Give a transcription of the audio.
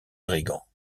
brigands